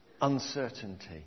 uncertainty